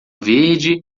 verde